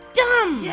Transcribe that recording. dumb